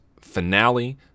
finale